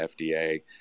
FDA